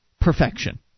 perfection